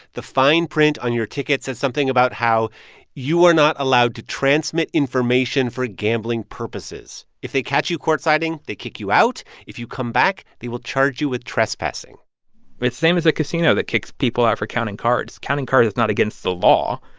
the fine print on your ticket says something about how you are not allowed to transmit information for gambling purposes. if they catch you courtsiding, they kick you out. if you come back, they will charge you with trespassing it's the same as the casino that kicks people out for counting cards. counting cards is not against the law,